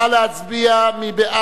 נא להצביע.